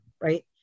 right